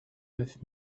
neuf